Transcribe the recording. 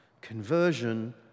Conversion